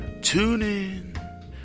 TuneIn